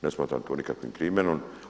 Ne smatram to nikakvim krimenom.